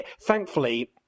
Thankfully